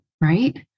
right